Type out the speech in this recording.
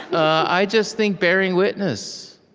i just think, bearing witness,